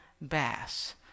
bass